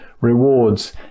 rewards